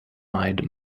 eyed